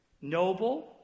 noble